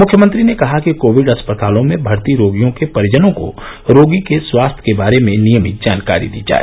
मुख्यमंत्री ने कहा कि कोविड अस्पतालों में भर्ती रोगियों के परिजनों को रोगी के स्वास्थ्य के बारे में नियमित जानकारी दी जाए